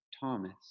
Thomas